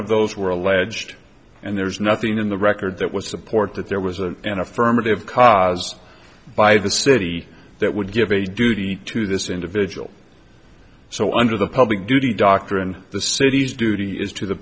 of those were alleged and there's nothing in the record that was support that there was an an affirmative cause by the city that would give a duty to this individual so under the public duty doctrine the city's duty is to the